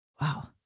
Wow